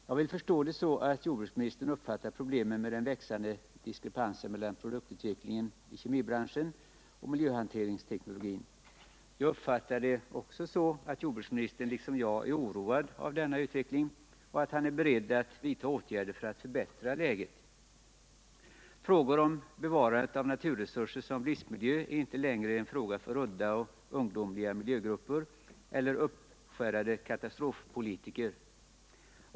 Jag vill förstå det så att jordbruksministern uppfattar problemen med den växande diskrepansen mellan produktutvecklingen i kemibranschen och miljöhanteringsteknologin. Jag uppfattar det också så att jordbruksministern liksom jag är oroad av denna utveckling och att han är beredd att vidta åtgärder för att förbättra läget. Frågor om bevarandet av naturresurser som livsmiljö är inte längre en angelägenhet för udda och ungdomliga miljögrupper eller uppskärrade katastrofpolitiker.